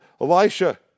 Elisha